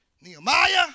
Nehemiah